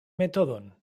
metodon